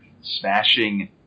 smashing